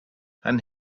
and